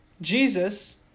Jesus